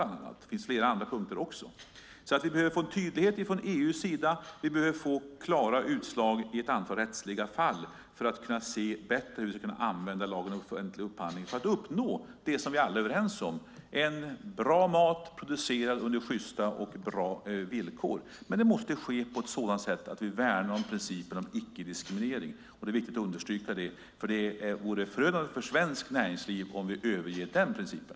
Det finns flera andra punkter också. Vi behöver få tydlighet från EU:s sida, och vi behöver få klara utslag i ett antal rättsfall så att vi bättre kan se hur vi ska använda lagen om offentlig upphandling för att uppnå det vi alla är överens om, nämligen bra mat producerad under sjysta och bra villkor. Men det måste ske på ett sådant sätt att vi värnar om principen om icke-diskriminering. Det är viktigt att understryka. Det vore förödande för svenskt näringsliv om vi överger den principen.